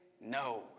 no